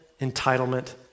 entitlement